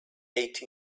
ate